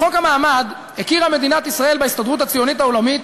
בחוק המעמד הכירה מדינת ישראל בהסתדרות הציונית העולמית